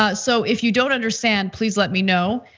ah so if you don't understand please let me know.